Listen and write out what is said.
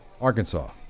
Arkansas